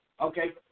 Okay